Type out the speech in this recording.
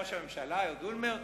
ראש הממשלה אהוד אולמרט,